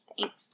Thanks